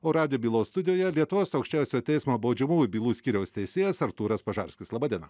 o radijo bylos studijoje lietuvos aukščiausiojo teismo baudžiamųjų bylų skyriaus teisėjas artūras pažarskis laba diena